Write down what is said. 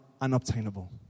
unobtainable